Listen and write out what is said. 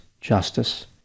justice